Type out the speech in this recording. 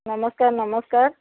ନମସ୍କାର ନମସ୍କାର